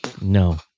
No